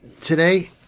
today